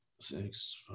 Six